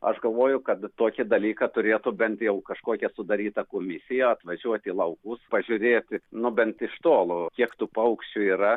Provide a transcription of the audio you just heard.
aš galvoju kad tokį dalyką turėtų bent jau kažkokia sudaryta komisija atvažiuoti į laukus pažiūrėti nu bent iš tolo kiek tų paukščių yra